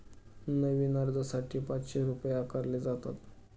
नवीन अर्जासाठी पाचशे रुपये आकारले जातात